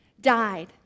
died